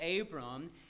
Abram